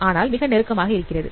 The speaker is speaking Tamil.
ஆனால் மிக நெருக்கமாக இருக்கிறது